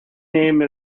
name